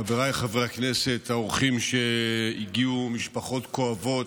חבריי חברי הכנסת, האורחים שהגיעו, משפחות כואבות,